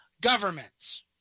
governments